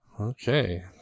Okay